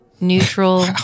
Neutral